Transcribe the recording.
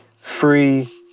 free